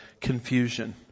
confusion